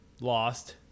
lost